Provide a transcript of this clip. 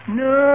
no